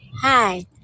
Hi